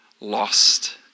lost